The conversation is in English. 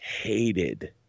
hated